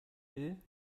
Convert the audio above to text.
will